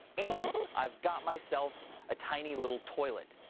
and i've got myself a tiny, little toilet.